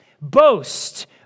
Boast